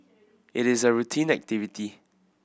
it is a routine activity